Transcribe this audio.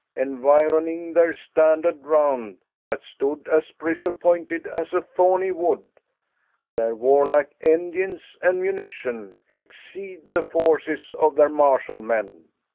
environing their standard round, that stood as bristle-pointed as a thorny wood their warlike engines and munition exceed the forces of their martial men.